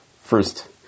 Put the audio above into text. first